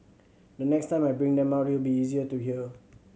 the next time I bring them out it will be easier to her